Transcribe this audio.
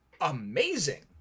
amazing